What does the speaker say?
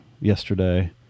yesterday